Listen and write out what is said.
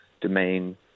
domain